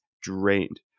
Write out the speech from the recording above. drained